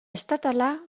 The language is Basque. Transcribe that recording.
estatala